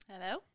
Hello